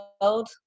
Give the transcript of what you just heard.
world